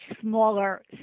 smaller